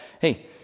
Hey